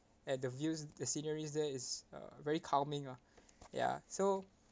and the views the sceneries there is uh very calming lah ya so